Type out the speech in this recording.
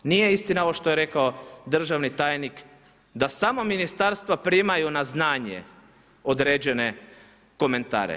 Nije istina ovo što je rekao državni tajnik da samo ministarstva primaju na znanje određene komentare.